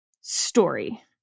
story